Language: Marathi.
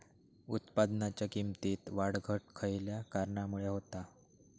उत्पादनाच्या किमतीत वाढ घट खयल्या कारणामुळे होता?